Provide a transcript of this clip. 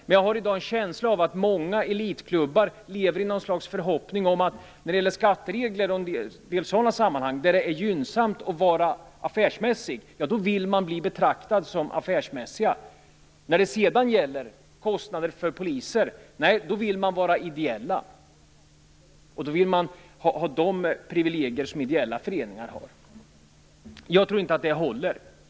Men jag har en känsla av att många elitklubbar lever i något slags föreställning om att man vill bli betraktad som affärsmässig i de sammanhang där det är gynnsamt. När det sedan gäller kostnader för poliser, då vill man framstå som en ideell förening och ha de privilegier som gäller för dem. Jag tror inte att det håller.